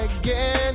again